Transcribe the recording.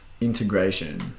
integration